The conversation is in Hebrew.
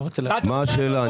מה השאלה?